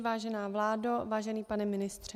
Vážená vládo, vážený pane ministře.